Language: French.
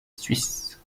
suisse